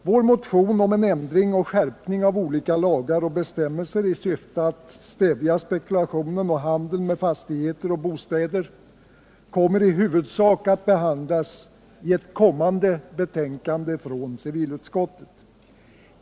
Vår motion om en ändring och skärpning av olika lagar och bestämmelser i syfte att stävja spekulationen och handeln med fastigheter och bostäder kommer i huvudsak att behandlas i ett kommande betänkande från civilutskottet.